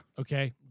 okay